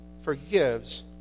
forgives